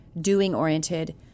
doing-oriented